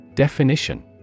Definition